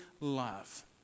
love